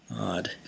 Odd